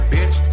Bitch